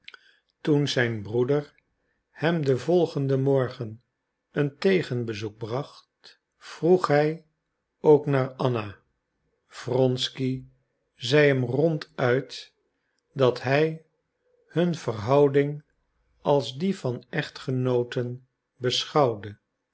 toen zijn broeder hem den volgenden morgen een tegenbezoek bracht vroeg hij ook naar anna wronsky zei hem ronduit dat hij hun verhouding als die van echtgenooten beschouwde